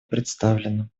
представлена